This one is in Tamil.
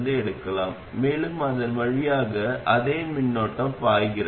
எனவே நாம் செய்ய வேண்டியது MOS டிரான்சிஸ்டரின் வடிகால் மின்னோட்டம் அப்படிப் பாய்கிறது